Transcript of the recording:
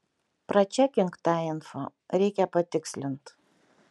pračekink tą info reikia patikslint